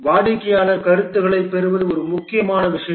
வாடிக்கையாளர் கருத்துக்களைப் பெறுவது ஒரு முக்கியமான விஷயம்